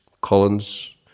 Collins